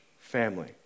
family